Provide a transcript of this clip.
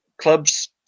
clubs